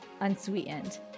unsweetened